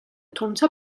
თუმცა